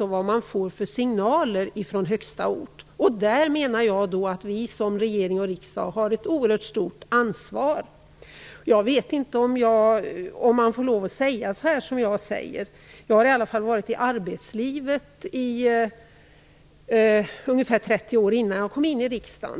vad man får för signaler från högsta ort när det gäller att påverka opinionen. Där menar jag att regering och riksdag har ett oerhört stort ansvar. Jag vet inte om man får lov att säga det som jag tänker säga. Jag har var ute i arbetslivet i ca 30 år innan jag kom in i riksdagen.